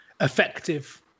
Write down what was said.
effective